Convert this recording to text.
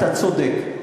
אתה צודק.